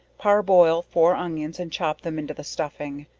parboil four onions and chop them into the stuffing,